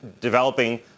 developing